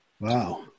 Wow